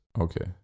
Okay